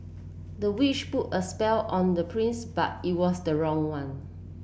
the witch put a spell on the prince but it was the wrong one